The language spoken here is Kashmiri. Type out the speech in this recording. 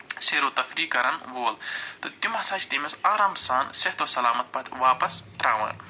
سیر و تفریٖح کَرَن وول تہٕ تِم ہسا چھِ تٔمِس آرام سان صحت و سلامَت پتہٕ واپَس ترٛاوان